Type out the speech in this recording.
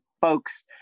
folks